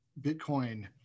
Bitcoin